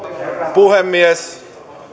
puhemies